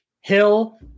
Hill